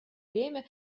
время